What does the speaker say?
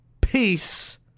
Peace